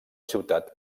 ciutat